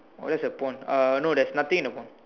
oh that's a pond uh no there's nothing in the pond